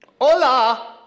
Hola